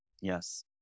Yes